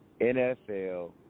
NFL